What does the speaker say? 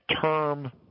term